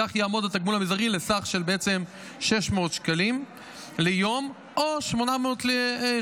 כך יעמוד התגמול המזערי על סך של 600 שקלים ליום או 800 שקלים,